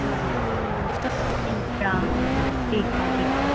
हा ठीक आहे ठीक आहे ठीक आहे